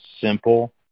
simple